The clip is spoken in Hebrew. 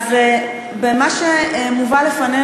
לא צודקת, יש בזה משהו.